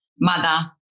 mother